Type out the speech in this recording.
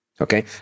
Okay